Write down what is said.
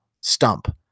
stump